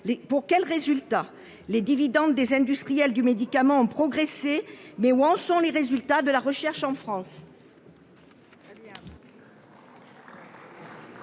pour quels résultats ? Certes, les dividendes des industriels du médicament ont progressé, mais où en sont les résultats de la recherche en France ?